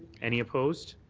any opposed?